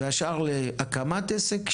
והשאר להקמת עסק,